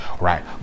right